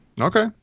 Okay